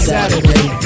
Saturday